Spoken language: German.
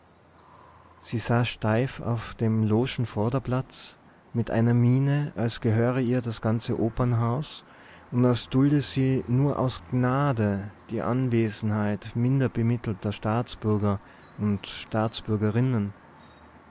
sie saß steif auf dem logenvorderplatz mit einer miene als gehöre ihr das ganze opernhaus und als dulde sie nur aus gnade die anwesenheit minderbemittelter staatsbürger und staatsbürgerinnen